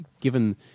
given